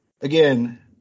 again